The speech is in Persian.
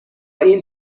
این